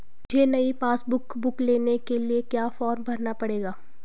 मुझे नयी passbook book लेने के लिए क्या फार्म भरना पड़ेगा?